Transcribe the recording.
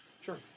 Sure